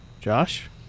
Josh